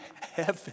heaven